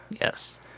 Yes